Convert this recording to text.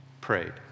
prayed